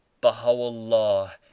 baha'u'llah